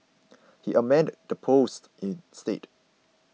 he amended the post instead